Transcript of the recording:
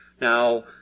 Now